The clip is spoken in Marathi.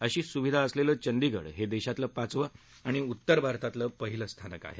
अशी सुविधा असलेलं चंडीगढ हे देशातलं पाचवं आणि उत्तर भारतातलं पहिलं स्थानक आहे